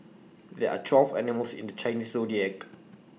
there are twelve animals in the Chinese Zodiac